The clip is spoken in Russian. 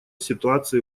ситуации